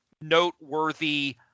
noteworthy